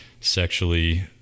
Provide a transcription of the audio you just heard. sexually-